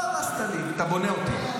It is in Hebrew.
לא הרסת לי, אתה בונה אותי.